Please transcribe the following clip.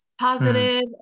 Positive